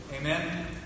Amen